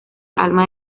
alma